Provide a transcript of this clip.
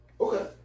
Okay